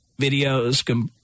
videos